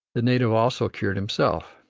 the native also cured himself,